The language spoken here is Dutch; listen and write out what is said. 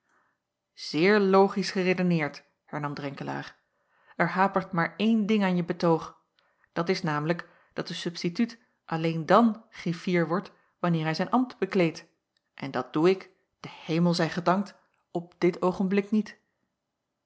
zeer logisch geredeneerd hernam drenkelaer er hapert maar een ding aan je betoog dat is namelijk dat de substituut alleen dan griffier wordt wanneer hij zijn ambt bekleedt en dat doe ik de hemel zij gedankt op dit oogenblik niet